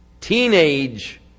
teenage